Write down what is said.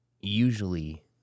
Usually